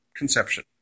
Conception